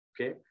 okay